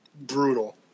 Brutal